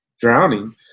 drowning